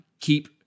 keep